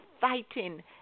fighting